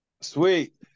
Sweet